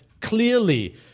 clearly